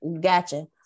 Gotcha